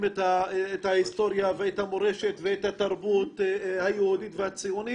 את ההיסטוריה ואת המורשת ואת התרבות היהודית והציונית,